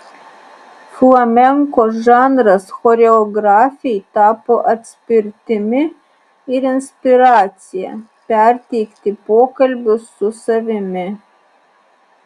flamenko žanras choreografei tapo atspirtimi ir inspiracija perteikti pokalbius su savimi